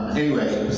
anyway,